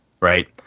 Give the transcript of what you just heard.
right